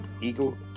Eagle